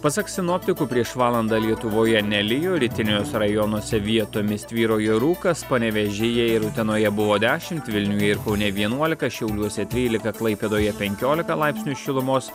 pasak sinoptikų prieš valandą lietuvoje nelijo rytiniuose rajonuose vietomis tvyrojo rūkas panevėžyje ir utenoje buvo dešimt vilniuje ir kaune vienuolika šiauliuose trylika klaipėdoje penkiolika laipsnių šilumos